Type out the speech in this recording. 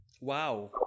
Wow